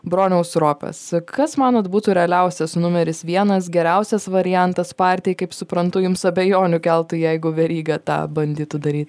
broniaus ropės kas manot būtų realiausias numeris vienas geriausias variantas partijai kaip suprantu jums abejonių keltų jeigu veryga tą bandytų daryt